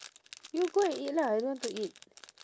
you go and eat lah I don't want to eat